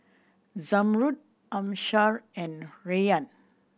Zamrud Amsyar and Rayyan